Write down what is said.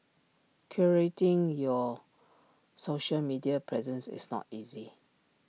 curating your social media presence is not easy